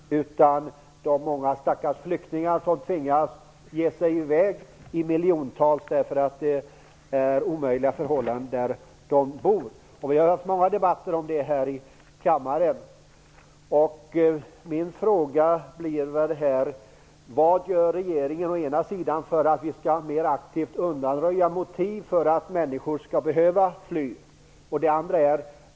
Herr talman! Jag har en fråga till invandrarministern. Den gäller flykt. Dock icke fåglar, utan de miljontals stackars flyktingar som tvingas ge sig i väg därför att förhållandena där de bor är omöjliga. Vi har haft många debatter om det här i kammaren. Mina frågor är: Vad gör regeringen för att mer aktivt undanröja motiv för att människor skall behöva fly?